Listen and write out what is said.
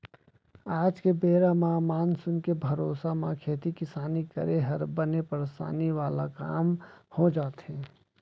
आज के बेरा म मानसून के भरोसा म खेती किसानी करे हर बने परसानी वाला काम हो जाथे